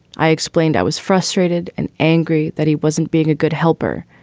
i explained i was frustrated and angry that he wasn't being a good helper.